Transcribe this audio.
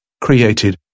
created